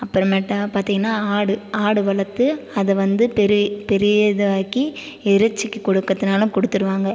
அப்புறமேட்டா பார்த்தீங்கன்னா ஆடு ஆடு வளர்த்து அதை வந்து பெரிய பெரிய இதுவாக்கி இறைச்சிக்கு கொடுக்குறதுனாலும் கொடுத்துடுவாங்க